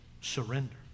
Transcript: Surrender